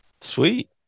Sweet